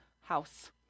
house